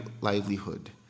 livelihood